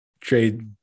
trade